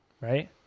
Right